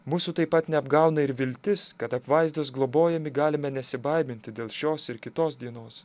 mūsų taip pat neapgauna ir viltis kad apvaizdos globojami galime nesibaiminti dėl šios ir kitos dienos